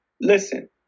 listen